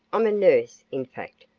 i'm a nurse in fact,